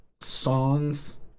songs